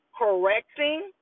correcting